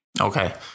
Okay